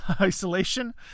isolation